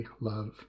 love